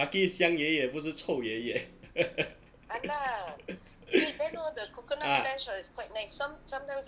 lucky is 香爷爷不是臭爷爷 ah